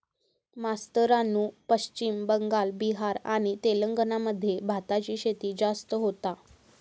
मास्तरानू पश्चिम बंगाल, बिहार आणि तेलंगणा मध्ये भाताची शेती जास्त होता